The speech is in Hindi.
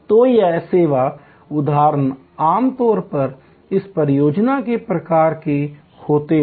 तो ये सेवा उदाहरण आमतौर पर इस परियोजना के प्रकार के होते हैं